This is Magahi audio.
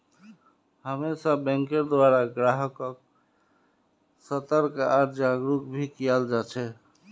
हमेशा बैंकेर द्वारा ग्राहक्क सतर्क आर जागरूक भी कियाल जा छे